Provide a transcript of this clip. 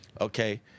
Okay